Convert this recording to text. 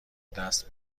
دست